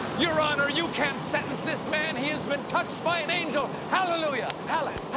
your honor, you can't sentence this man. he has been touched by an angel! hallelujah! a